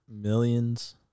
millions